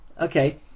Okay